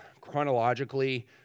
chronologically